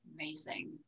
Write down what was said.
Amazing